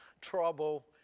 trouble